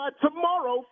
tomorrow